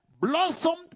blossomed